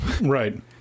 Right